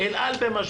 אל על במשבר